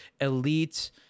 elite